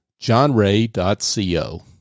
johnray.co